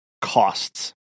costs